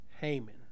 Haman